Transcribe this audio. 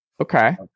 okay